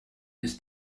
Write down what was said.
ist